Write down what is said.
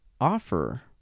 offer